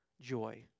joy